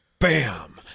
Bam